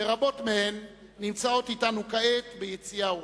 ורבות מהן נמצאות אתנו כעת ביציע האורחים.